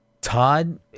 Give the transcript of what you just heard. Todd